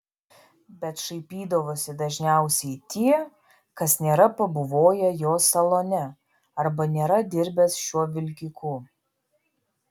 bet šaipydavosi dažniausiai tie kas nėra pabuvojęs jo salone arba nėra dirbęs šiuo vilkiku